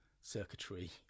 circuitry